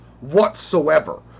whatsoever